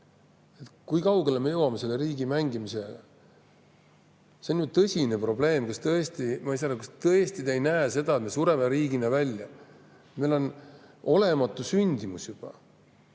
Kui kaugele me jõuame selle riigi mängimisega? See on tõsine probleem. Ma ei saa aru, kas tõesti te ei näe seda, et me sureme riigina välja? Meil on olematu sündimus.